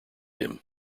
him